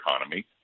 economy